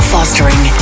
Fostering